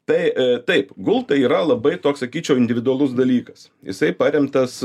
tai e taip gultai yra labai toks sakyčiau individualus dalykas jisai paremtas